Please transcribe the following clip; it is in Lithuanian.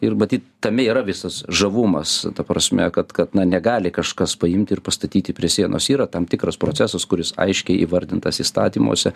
ir matyt tame yra visas žavumas ta prasme kad kad na negali kažkas paimti ir pastatyti prie sienos yra tam tikras procesas kuris aiškiai įvardintas įstatymuose